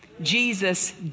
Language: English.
Jesus